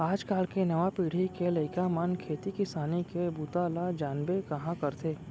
आज काल के नवा पीढ़ी के लइका मन खेती किसानी के बूता ल जानबे कहॉं करथे